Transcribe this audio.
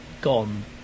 gone